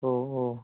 ഓ ഓ